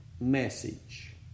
message